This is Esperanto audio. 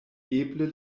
eble